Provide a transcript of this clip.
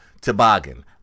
toboggan